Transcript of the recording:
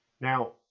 Now